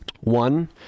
One